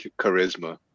charisma